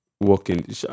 working